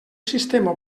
sistema